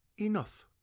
Enough